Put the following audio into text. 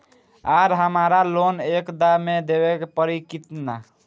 आर हमारा लोन एक दा मे देवे परी किना?